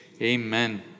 amen